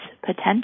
potential